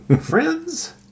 Friends